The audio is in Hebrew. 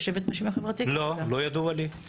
--- לא ידוע לי.